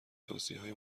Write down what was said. توصیههای